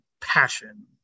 passion